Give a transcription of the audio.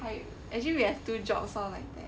like actually we have two jobs sound like that